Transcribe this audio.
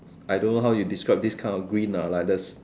I don't know how you describe this kind of green lah like the